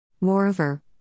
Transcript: Moreover